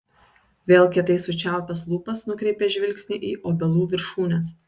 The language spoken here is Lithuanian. vėl kietai sučiaupęs lūpas nukreipia žvilgsnį į obelų viršūnes